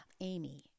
amy